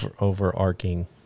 overarching